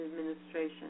administration